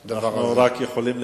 אכן,